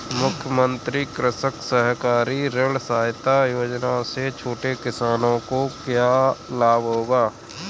मुख्यमंत्री कृषक सहकारी ऋण सहायता योजना से छोटे किसानों को क्या लाभ होगा?